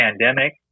pandemic